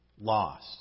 Loss